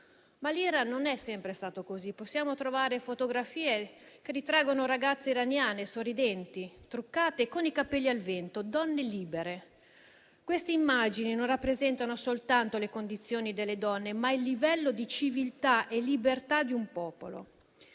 però non è sempre stato così: possiamo trovare fotografie che ritraggono ragazze iraniane sorridenti, truccate e con i capelli al vento, donne libere. Queste immagini non rappresentano soltanto le condizioni delle donne, ma il livello di civiltà e libertà di un popolo.